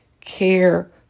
care